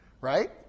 Right